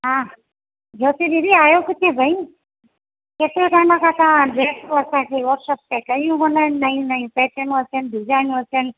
हा ज्योती दीदी आयो किथे भई केतिरे टाइम खां तां ड्रेस वरिता थी व्हाट्सअप त कयूं कोन आहिनि नयूं नयूं पैटर्न वर्क आहिनि डिज़ाइन वर्क आहिनि